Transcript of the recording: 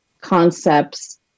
concepts